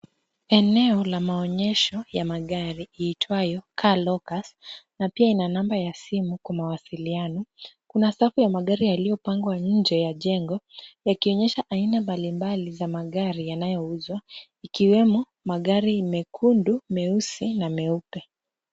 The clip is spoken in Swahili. Eneo la maonyesho ya magari liitwalo carlockers na pia ina namba ya simu kwa mawasiliano. Kuna safu ya magari yaliyopangwa nje ya jengo yakionyesha aina mbalimbali za magari yanayouzwa ikiwemo magari mekundu, meusi na meupe.